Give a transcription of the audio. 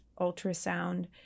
ultrasound